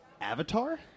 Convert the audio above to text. Avatar